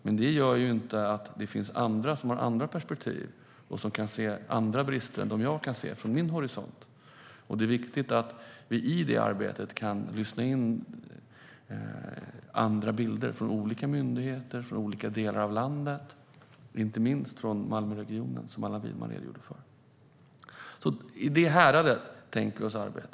Men det gör inte att det inte kan finnas sådana som har andra perspektiv och kan se andra brister än dem jag kan se från min horisont. Det är viktigt att vi i det arbetet kan lyssna och ta del av andra bilder från olika myndigheter och från olika delar av landet, inte minst från Malmöregionen, som Allan Widman redogjorde för. I det häradet tänker vi oss arbetet.